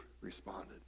responded